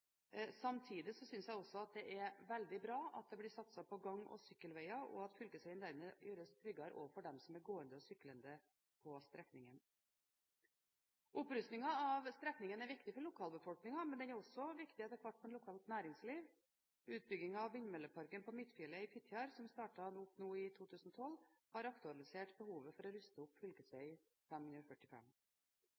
Samtidig synes jeg også det er veldig bra at det blir satset på gang- og sykkelveier og at fylkesveien dermed gjøres tryggere også for gående og syklende på strekningen. Opprustningen av strekningen er viktig for lokalbefolkningen, men den er også viktig etter hvert for det lokale næringsliv. Utbyggingen av vindmølleparken på Midtfjellet i Fitjar som startet opp nå i 2012, har aktualisert behovet for å ruste opp